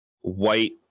white